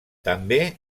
també